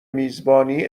میزبانی